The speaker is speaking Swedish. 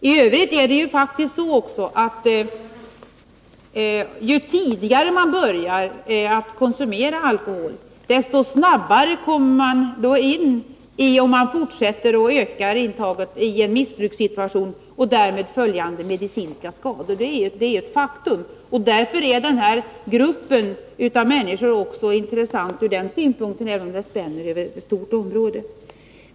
F. ö. är det ju faktiskt också så att ju tidigare man börjar konsumera alkohol, desto snabbare kommer man — om man fortsätter att öka intaget — i en missbrukssituation med åtföljande medicinska skador. Därför är denna grupp av människor intressant också ur den synpunkten, även om problematiken spänner över ett stort område.